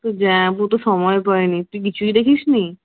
তোর জামাইবাবু তো সময় পায় নি তুই কিছুই দেখিস নি